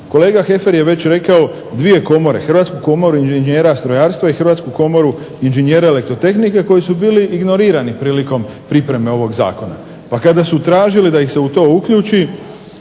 Kolega Hefer je već rekao dvije komore – Hrvatsku komoru inžinjera strojarstva i Hrvatsku komoru inžinjera elektrotehnike koji su bili ignorirani prilikom pripreme ovoga zakona. Pa kada su tražili da ih se u to uključi